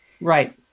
Right